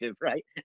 right